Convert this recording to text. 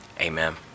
Amen